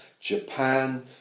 Japan